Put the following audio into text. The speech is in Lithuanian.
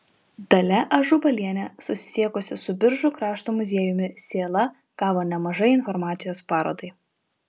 dalia ažubalienė susisiekusi su biržų krašto muziejumi sėla gavo nemažai informacijos parodai